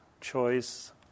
choice